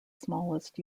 smallest